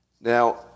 Now